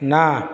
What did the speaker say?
না